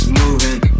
moving